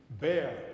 bear